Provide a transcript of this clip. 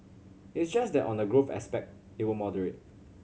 it's just that on the growth aspect it will moderate